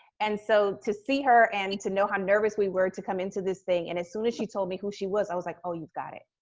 and so to see her and to know how nervous we were to come into this thing, and as soon as she told me who she was, i was like, oh. you've got it.